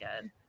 good